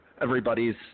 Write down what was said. Everybody's